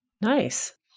Nice